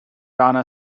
donna